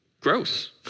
gross